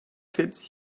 fits